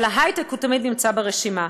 אבל ההיי-טק תמיד נמצא ברשימה.